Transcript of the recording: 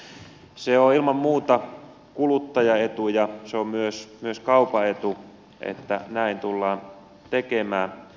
se on ilman muuta kuluttajan etu ja se on myös kaupan etu että näin tullaan tekemään